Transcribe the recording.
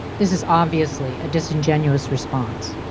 this is obviously a disingenuous response.